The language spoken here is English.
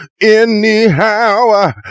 anyhow